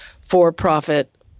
for-profit